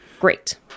Great